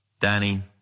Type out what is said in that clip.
Danny